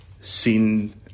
seen